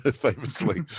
famously